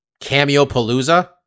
cameo-palooza